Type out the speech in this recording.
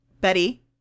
Betty